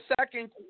second